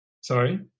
Sorry